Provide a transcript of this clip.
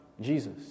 Jesus